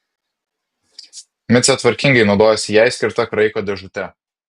micė tvarkingai naudojasi jai skirta kraiko dėžute